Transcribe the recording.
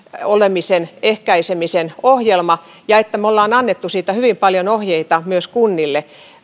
olemisen ehkäisemisen ohjelma ja me olemme antaneet siitä hyvin paljon ohjeita myös kunnille